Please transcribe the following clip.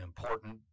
important